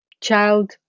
child